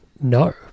No